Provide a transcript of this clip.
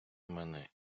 мене